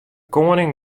koaning